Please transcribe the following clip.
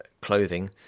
clothing